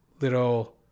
little